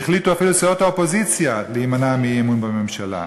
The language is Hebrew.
החליטו אפילו סיעות האופוזיציה להימנע מאי-אמון בממשלה.